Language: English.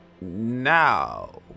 Now